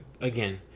Again